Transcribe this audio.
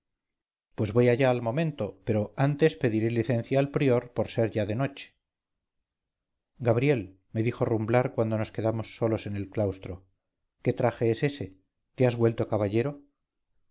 pues voy allá al momento pero antes pediré licencia al prior por ser ya de noche gabriel me dijo rumblar cuando nos quedamos solos en el claustro qué traje es ese te has vuelto caballero